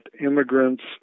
immigrants